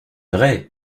vrai